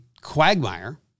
quagmire